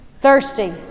Thirsty